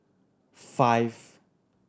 five